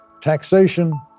Taxation